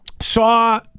saw